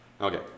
Okay